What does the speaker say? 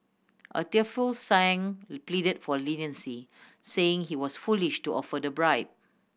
a tearful Sang repleaded for leniency saying he was foolish to offer the bribe